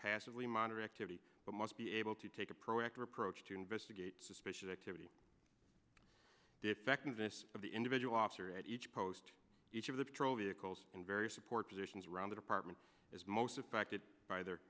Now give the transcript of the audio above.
passively monitor activity but must be able to take a proactive approach to investigate suspicious activity defectiveness of the individual officer at each post each of the patrol vehicles in various support positions around the department is most affected by their